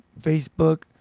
Facebook